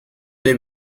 dei